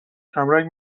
کمرنگ